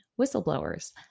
whistleblowers